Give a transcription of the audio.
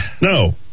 No